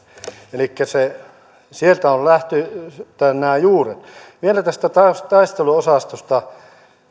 elikkä sieltä ovat lähtöisin nämä juuret vielä tästä taisteluosastosta